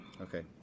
Okay